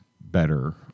better